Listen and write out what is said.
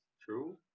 True